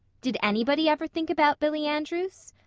did anybody ever think about billy andrews?